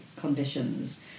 conditions